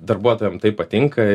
darbuotojam tai patinka